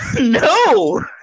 No